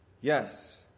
Yes